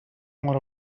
mor